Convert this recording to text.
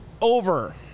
over